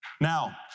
Now